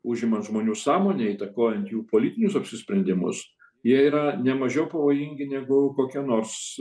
užimant žmonių sąmonę įtakojant jų politinius apsisprendimus jie yra ne mažiau pavojingi negu kokie nors